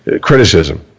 criticism